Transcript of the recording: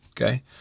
Okay